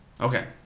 Okay